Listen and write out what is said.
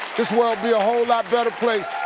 this world'd be a whole lot better place.